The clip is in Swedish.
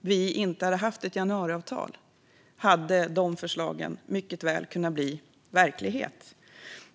vi inte hade haft ett januariavtal hade de förslagen mycket väl kunnat bli verklighet.